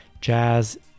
Jazz